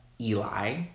Eli